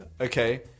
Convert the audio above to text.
Okay